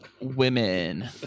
women